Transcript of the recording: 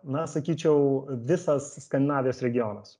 na sakyčiau visas skandinavijos regionas